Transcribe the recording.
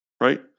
right